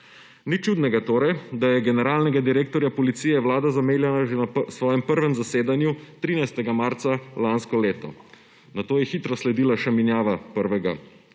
Nič čudnega torej, da je generalnega direktorja policije vlada zamenjala že na svojem prvem zasedanju 13. marca lansko leto. Nato je hitro sledila še menjava prvega